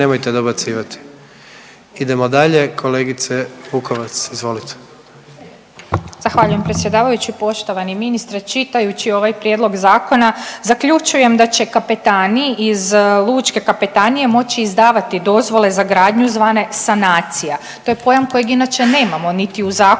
Idemo dalje. Kolegice Vukovac, izvolite.